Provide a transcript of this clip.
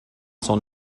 son